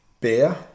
beer